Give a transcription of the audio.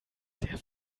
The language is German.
sehr